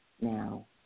now